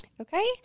okay